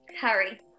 Harry